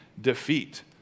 defeat